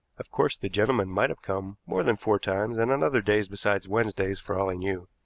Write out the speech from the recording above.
of course, the gentleman might have come more than four times, and on other days besides wednesdays for all he knew.